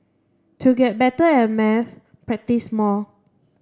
to get better at maths practise more